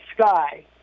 sky